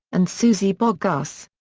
and suzy bogguss.